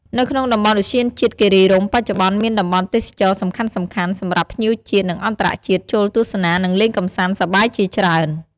នៅក្នុងតំបន់ឧទ្យានជាតិគិរីរម្យ បច្ចុប្បន្នមានតំបន់ទេសចរណ៍សំខាន់ៗ សម្រាប់ភ្ញៀវជាតិ និងអន្តរជាតិចូលទស្សនា និងលេងកម្សាន្តសប្បាយជាច្រើន។